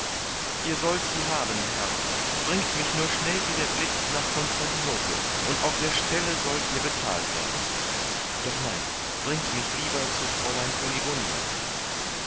ihr sollt sie haben herr bringt mich nur schnell wie der blitz nach konstantinopel und auf der stelle sollt ihr bezahlt werden doch nein bringt mich lieber zu fräulein